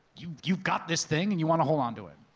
you've you've got this thing, and you want to hold onto it.